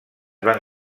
van